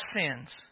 sins